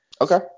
Okay